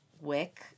wick